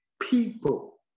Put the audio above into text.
people